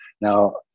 now